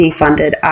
funded